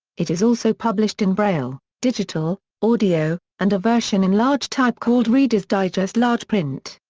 it is also published in braille, digital, audio, and a version in large type called reader's digest large print.